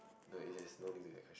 no it has no link to that ques~